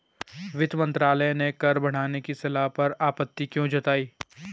वित्त मंत्रालय ने कर बढ़ाने की सलाह पर आपत्ति क्यों जताई?